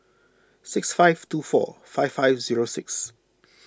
six five two four five five zero six